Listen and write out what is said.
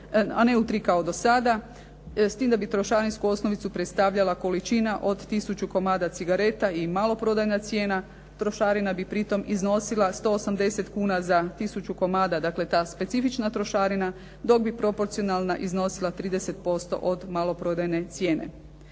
a ne u tri kao do sada s tim da bi trošarinsku osnovicu predstavljala količina od 1000 komada cigareta i maloprodajna cijena trošarina bi pritom iznosila 180 kuna za 1000 komada. Dakle ta specifična trošarina dok bi proporcionalna iznosila 180 kuna za 1000